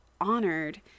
honored